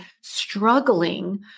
struggling